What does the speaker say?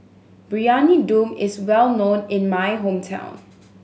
Briyani Dum is well known in my hometown